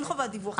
אין חובת דיווח.